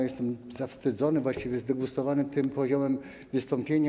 Jestem zawstydzony, właściwie zdegustowany, tym poziomem wystąpienia.